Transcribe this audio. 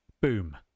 boom